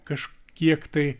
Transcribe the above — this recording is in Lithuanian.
kažkiek tai